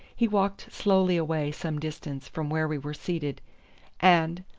he walked slowly away some distance from where we were seated and,